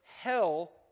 hell